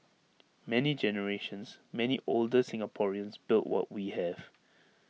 many generations many older Singaporeans built what we have